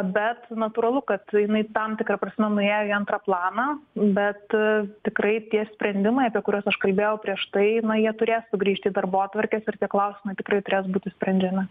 bet natūralu kad jinai tam tikra prasme nuėjo į antrą planą bet tikrai tie sprendimai apie kuriuos aš kalbėjau prieš tai na jie turės sugrįžti į darbotvarkes ir tie klausimai tikrai turės būti sprendžiami